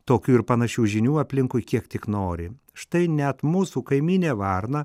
tokių ir panašių žinių aplinkui kiek tik nori štai net mūsų kaimynė varna